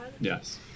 Yes